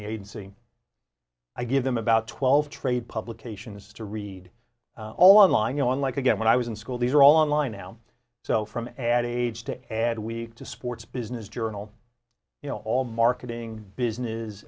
the agency i give them about twelve trade publications to read all on lying on like again when i was in school these are all online now so from ad age to ad week to sports business journal you know all marketing business